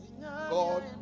God